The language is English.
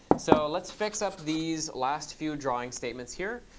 so let's fix up these last few drawing statements here.